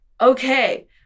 okay